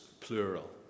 plural